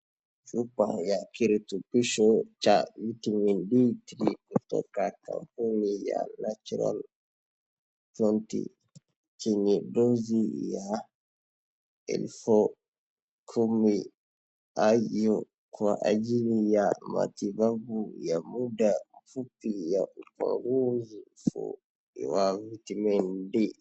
Chupa ya kirutubisho cha vitamin D3 kutoka kampuni ya Natural Bounty chenye dozi ya elfu kumi IU kwa ajili ya matibabu ya muda mfupi ya upungufu wa vitamin D .